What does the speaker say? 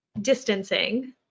distancing